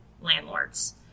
landlords